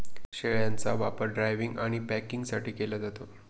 शेळ्यांचा वापर ड्रायव्हिंग आणि पॅकिंगसाठी केला जातो